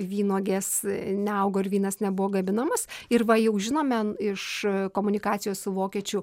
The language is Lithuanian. vynuogės neaugo ir vynas nebuvo gaminamas ir va jau žinome iš komunikacijos su vokiečių